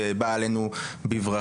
שבא עלינו בברכה,